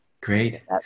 Great